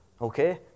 Okay